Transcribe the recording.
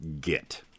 get